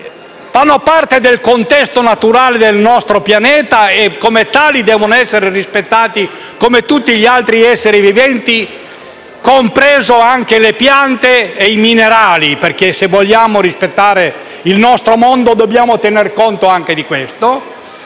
fanno parte del contesto naturale del nostro pianeta e come tali devono essere rispettati, come tutti gli altri esseri viventi, compresi le piante e i minerali (se vogliamo rispettare il nostro mondo, dobbiamo tener conto anche di questo).